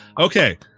okay